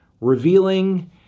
revealing